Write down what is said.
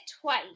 twice